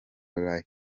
like